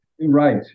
right